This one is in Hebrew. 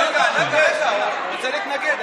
לא, לא, הוא רוצה להתנגד.